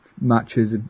matches